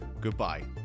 Goodbye